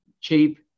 cheap